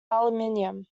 aluminium